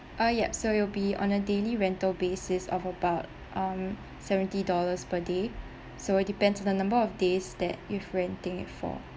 ah yup so it will be on a daily rental basis of about um seventy dollars per day so it depends on the number of days that you've renting it for